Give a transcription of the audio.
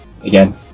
again